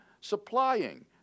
supplying